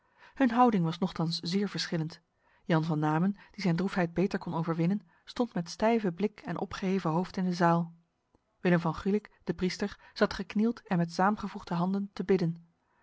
hun houding was nochtans zeer verschillend jan van namen die zijn droefheid beter kon overwinnen stond met stijve blik en opgeheven hoofd in de zaal willem van gulik de priester zat geknield en met saamgevoegde handen te bidden